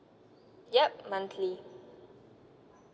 yup monthly